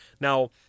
Now